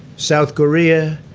south korea,